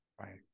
Right